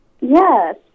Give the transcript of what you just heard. Yes